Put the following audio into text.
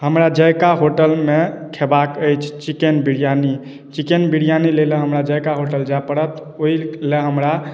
हमरा जायका होटलमे खयबाक अछि चिकेन बिरयानी चिकेन बिरयानी लै लए हमरा जायका होटल जाय पड़त ओहि लेल हमरा